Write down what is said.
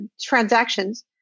transactions